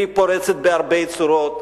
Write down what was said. והיא פורצת בהרבה צורות.